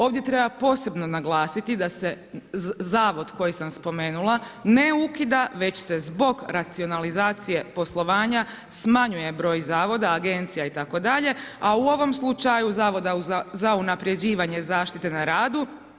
Ovdje treba posebno naglasiti da se zavod koji sam spomenula, ne ukida već s zbog racionalizacije poslovanja, smanjuje broj zavoda, agencija itd., a u ovom slučaju Zavoda za unaprjeđivanje zaštite na radu.